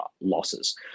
losses